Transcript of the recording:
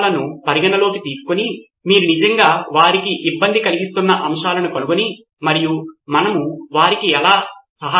కాబట్టి దాన్ని పరిష్కరించండి కాబట్టి ఎప్పటిలాగే మా బృందం ఇక్కడ ఉంది మేము మీ మేధోమథనం కోసం ప్రత్యక్ష ప్రసారం చేయబోతున్నాము మరియు మా స్టికీ నోట్స్ ఎప్పటిలాగే ఉన్నాయి